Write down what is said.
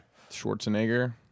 Schwarzenegger